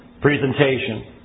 presentation